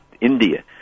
India